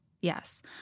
Yes